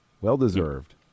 Well-deserved